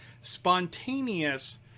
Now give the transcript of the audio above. spontaneous